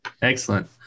Excellent